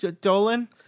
Dolan